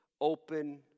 open